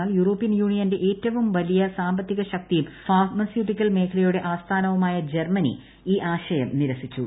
എന്നാൽ യൂറോപ്യൻ യൂണിയന്റെ ഏറ്റവും വലിയ സാമ്പത്തിക ശക്തിയും ഒരു വലിയ ഫാർമസ്യൂട്ടിക്കൽ മേഖലയുടെ ആസ്ഥാനവുമായ ജർമ്മനി ഈ ആശയം നിരസിച്ചു